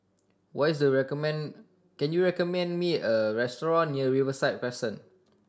what is recommend can you recommend me a restaurant near Riverside Crescent